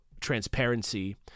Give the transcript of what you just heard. transparency